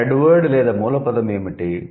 ఇక్కడ 'head word' లేదా మూల పదం ఏమిటి